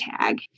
tag